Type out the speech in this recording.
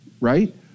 right